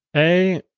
a,